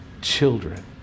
Children